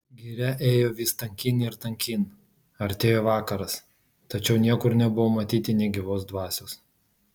giria ėjo vis tankyn ir tankyn artėjo vakaras tačiau niekur nebuvo matyti nė gyvos dvasios